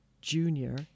junior